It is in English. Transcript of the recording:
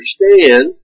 understand